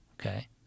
okay